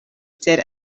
sed